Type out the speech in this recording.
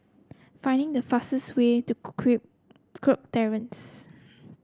finding the fastest way to Kirk Terrace